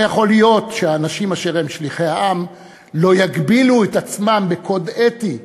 לא יכול להיות שהאנשים אשר הם שליחי העם לא יגבילו את עצמם בקוד אתי,